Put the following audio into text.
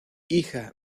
hija